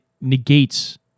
negates